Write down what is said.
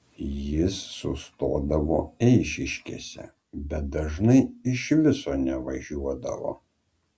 jis sustodavo eišiškėse bet dažnai iš viso nevažiuodavo